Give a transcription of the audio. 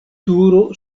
turo